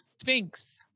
Sphinx